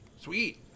Sweet